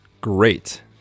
great